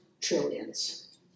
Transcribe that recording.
trillions